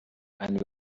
and